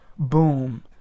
boom